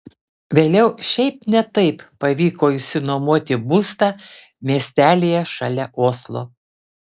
vėliau šiaip ne taip pavyko išsinuomoti būstą miestelyje šalia oslo